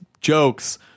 jokes